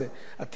התיקון הזה,